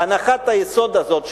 הנחת היסוד הזאת,